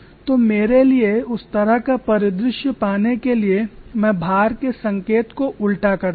तो मेरे लिए उस तरह का परिदृश्य पाने के लिए मैं भार के संकेत को उल्टा करता हूं